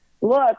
look